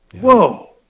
Whoa